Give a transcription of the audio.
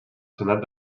senat